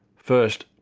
first,